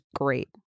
great